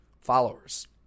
followers